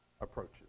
approaches